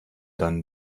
dann